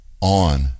on